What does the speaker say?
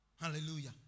hallelujah